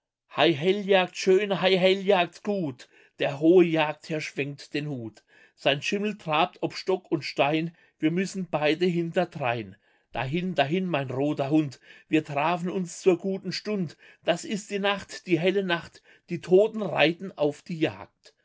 hei helljagd schön hei helljagd gut der hohe jagdherr schwenkt den hut sein schimmel trabt ob stock und stein wir müssen beide hinterdrein dahin dahin mein roter hund wir trafen uns zur guten stund das ist die nacht die helle nacht die toten reiten auf die jagd